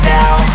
now